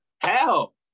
Hell